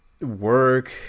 work